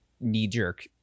knee-jerk